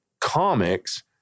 comics